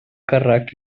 càrrec